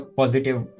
positive